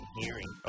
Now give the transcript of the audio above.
hearing